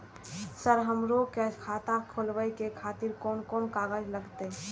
Sir हमरो के खाता खोलावे के खातिर कोन कोन कागज लागते?